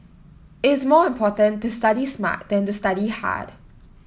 it's more important to study smart than to study hard